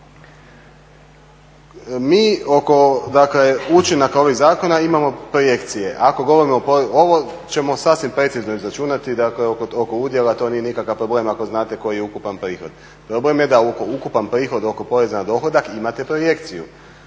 Mi oko učinaka ovih zakona imamo projekcije, ovo ćemo sasvim precizno izračunati oko udjela to nije nikakav problem ako znate koji je ukupan prihod. Problem da ukupan prihod oko poreza na dohodak imate projekciju,